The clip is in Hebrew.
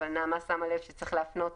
אבל נעמה שמה לב שצריך להפנות